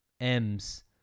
M's